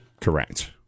Correct